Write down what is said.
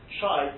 try